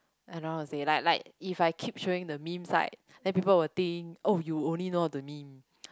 I don't know how to say like like if I keep showing the meme side then people will think oh you only know how to meme